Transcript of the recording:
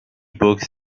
books